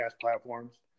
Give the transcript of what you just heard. platforms